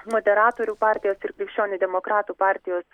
moderatorių partijos ir krikščionių demokratų partijos